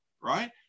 right